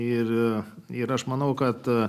ir ir aš manau kad